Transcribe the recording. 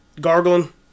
gargling